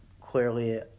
clearly